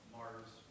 Mars